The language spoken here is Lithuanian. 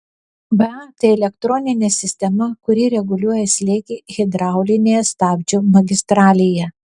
ba tai elektroninė sistema kuri reguliuoja slėgį hidraulinėje stabdžių magistralėje